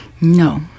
No